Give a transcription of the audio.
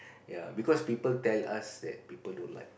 ya because people tell us that people don't like